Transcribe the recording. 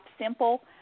simple